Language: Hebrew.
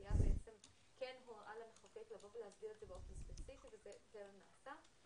והיה בעצם כן הוראה למחוקק לבוא ולהסדיר את זה באופן ספציפי וטרם נעשה.